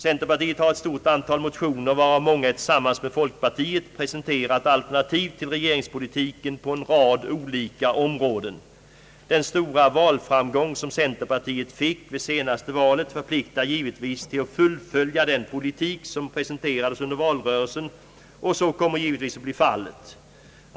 Centerpartiet har i ett stort antal motioner, varav många är tillsammans med folkpartiet, presenterat alternativ till regeringspolitiken på en rad olika områden. Den stora valframgång centerpartiet fick vid senaste valet förpliktar givetvis till att fuilfölja den politik som presenterades under valrörelsen, och så kommer givetvis att bli fallet.